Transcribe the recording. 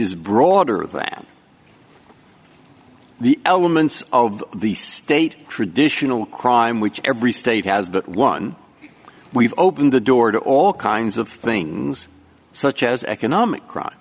is broader than the elements of the state traditional crime which every state has but one we've opened the door to all kinds of things such as economic crime